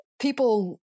people